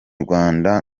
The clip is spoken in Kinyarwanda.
rwanda